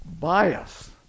bias